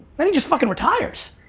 then he just fucking retires!